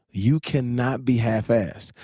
you cannot be half assed.